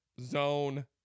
zone